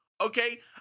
okay